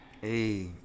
Hey